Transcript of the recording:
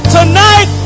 Tonight